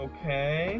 Okay